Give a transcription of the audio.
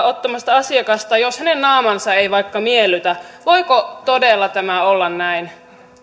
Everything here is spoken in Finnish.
ottamasta asiakasta jos vaikka hänen naamansa ei miellytä voiko tämä todella olla näin